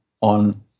on